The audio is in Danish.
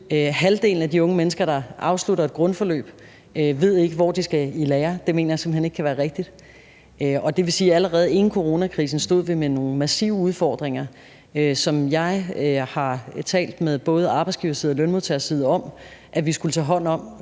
Halvdelen af de unge mennesker, der afslutter et grundforløb, ved ikke, hvor de skal i lære. Det mener jeg simpelt hen ikke kan være rigtigt. Det vil sige, at allerede inden coronakrisen stod vi med nogle massive udfordringer, som jeg har talt med både arbejdsgiversiden og lønmodtagersiden om at vi skulle tage hånd om